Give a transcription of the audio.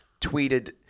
tweeted